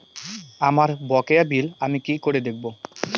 আমার বকেয়া বিল আমি কি করে দেখব?